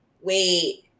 wait